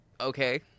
Okay